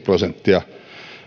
prosenttia